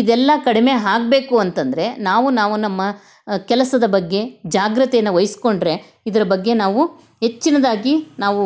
ಇದೆಲ್ಲ ಕಡಿಮೆ ಆಗ್ಬೇಕು ಅಂತಂದರೆ ನಾವು ನಾವು ನಮ್ಮ ಕೆಲಸದ ಬಗ್ಗೆ ಜಾಗ್ರತೆಯನ್ನು ವಹಿಸ್ಕೊಂಡ್ರೆ ಇದ್ರ ಬಗ್ಗೆ ನಾವು ಹೆಚ್ಚಿನದಾಗಿ ನಾವು